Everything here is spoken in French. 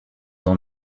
dans